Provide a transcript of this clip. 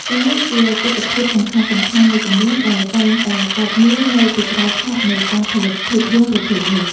ទាំងនេះជាទិដ្ឋភាពសំខាន់ៗមួយចំនួនដែលតែងតែកើតមាននៅពីក្រោយឆាកនៃការផលិតភាពយន្តប្រភេទនេះ។